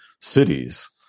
cities